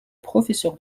professeur